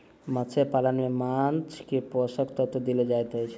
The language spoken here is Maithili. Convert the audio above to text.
मत्स्य पालन में माँछ के पोषक तत्व देल जाइत अछि